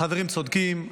החברים צודקים,